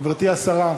גברתי השרה,